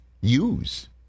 use